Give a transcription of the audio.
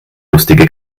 lustige